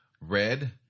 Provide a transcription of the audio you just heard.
Red